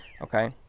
Okay